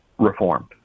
Reformed